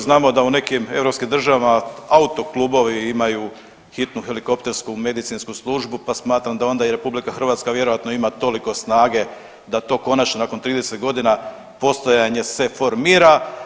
Znamo da u nekim europskim državama autokubovi imaju hitnu helikoptersku medicinsku službu pa smatram da onda i RH vjerojatno ima toliko snage da to konačno nakon 30 godina postojanja se formira.